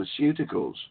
pharmaceuticals